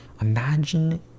Imagine